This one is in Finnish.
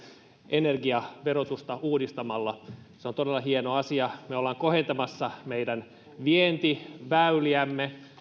energiaverotusta uudistamalla se on todella hieno asia me olemme kohentamassa meidän vientiväyliämme